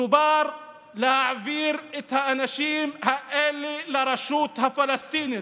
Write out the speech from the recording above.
מדובר על להעביר את האנשים האלה לרשות הפלסטינית,